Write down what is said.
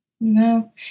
No